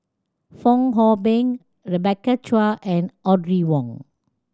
Fong Hoe Beng Rebecca Chua and Audrey Wong